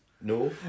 No